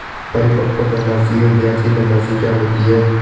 परिपक्व धनराशि में ब्याज की धनराशि क्या होती है?